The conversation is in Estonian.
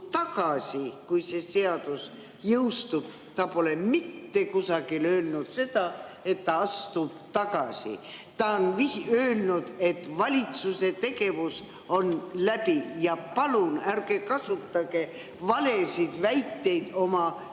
tagasi, kui see seadus jõustub – ta pole mitte kusagil öelnud seda, et ta astub tagasi. Ta on öelnud, et valitsuse tegevus on läbi ja palun ärge kasutage valesid väiteid oma